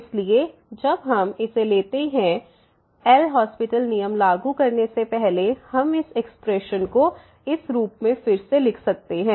इसलिए जब हम इसे लेते हैं जब हम एल हास्पिटल LHospital नियम लागू करने से पहले हम इस एक्सप्रेशन को इस रूप में फिर से लिखते हैं